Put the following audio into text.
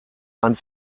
einen